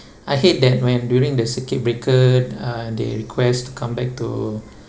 I hate that when during the circuit breaker uh they request to come back to